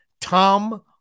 Tom